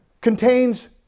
contains